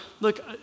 look